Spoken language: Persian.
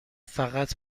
فقط